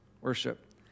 worship